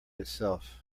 itself